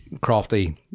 Crafty